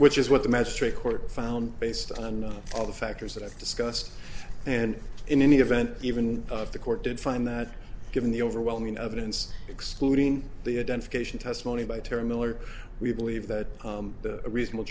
which is what the magistrate court found based on all the factors that i discussed and in any event even if the court did find that given the overwhelming evidence excluding the identification testimony by terry miller we believe that a reasonable